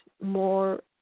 more